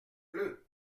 pleut